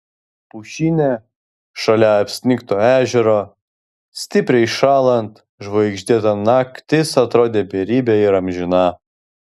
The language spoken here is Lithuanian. pušyne šalia apsnigto ežero stipriai šąlant žvaigždėta naktis atrodė beribė ir amžina